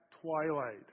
twilight